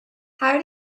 how